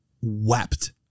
wept